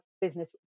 business